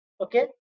okay